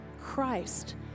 Christ